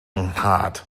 nhad